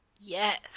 yes